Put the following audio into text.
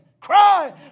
Cry